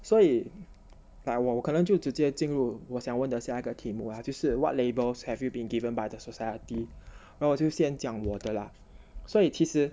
所以 like 我我可能就直接进入我想问等下一个题目啊就是 what labels have you been given by the society when 我就先讲我的 lah 所以其实